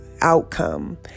outcome